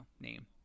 name